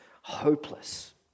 hopeless